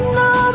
no